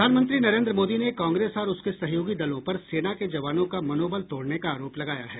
प्रधानमंत्री नरेंद्र मोदी ने कांग्रेस और उसके सहयोगी दलों पर सेना के जवानों का मनोबल तोड़ने का आरोप लगाया है